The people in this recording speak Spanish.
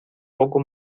poco